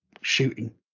shooting